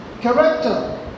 character